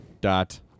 dot